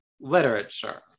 literature